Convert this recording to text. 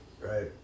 Right